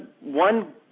one